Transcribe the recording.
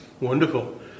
Wonderful